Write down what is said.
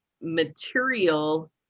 material